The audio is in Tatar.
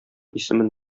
исемен